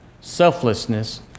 selflessness